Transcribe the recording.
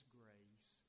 grace